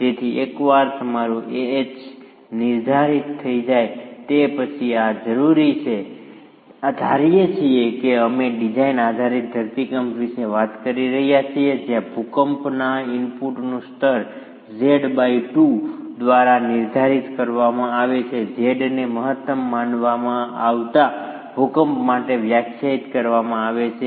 તેથી એકવાર તમારું Ah નિર્ધારિત થઈ જાય તે પછી આ જરૂરી છે ધારીએ છીએ કે અમે ડિઝાઇન આધારિત ધરતીકંપ વિશે વાત કરી રહ્યા છીએ જ્યાં ભૂકંપના ઇનપુટનું સ્તર Z2 દ્વારા નિર્ધારિત કરવામાં આવે છે Z ને મહત્તમ માનવામાં આવતા ભૂકંપ માટે વ્યાખ્યાયિત કરવામાં આવે છે